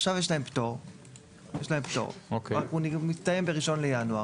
עכשיו יש להן פטור, שמסתיים ב-1 בינואר.